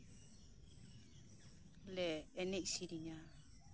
ᱞᱮ ᱮᱱᱮᱡ ᱥᱮᱨᱮᱧᱟ